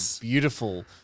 beautiful